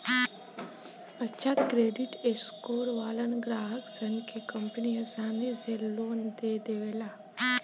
अच्छा credit score वालन ग्राहकसन के कंपनि आसानी से लोन दे देवेले